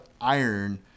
iron